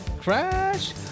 crash